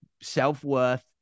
self-worth